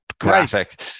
graphic